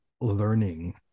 learning